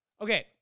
Okay